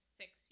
six